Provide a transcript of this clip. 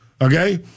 Okay